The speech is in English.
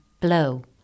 blow